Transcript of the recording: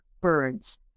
birds